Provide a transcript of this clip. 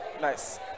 Nice